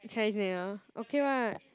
Chinese New Year okay [what]